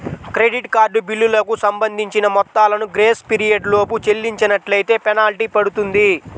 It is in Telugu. క్రెడిట్ కార్డు బిల్లులకు సంబంధించిన మొత్తాలను గ్రేస్ పీరియడ్ లోపు చెల్లించనట్లైతే ఫెనాల్టీ పడుతుంది